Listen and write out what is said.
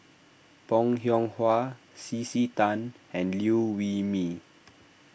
Bong Hiong Hwa C C Tan and Liew Wee Mee